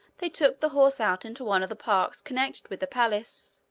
they took the horse out into one of the parks connected with the palace,